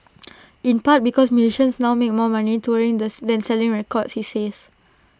in part because musicians now make more money touring the than selling records he says